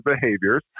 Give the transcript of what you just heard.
behaviors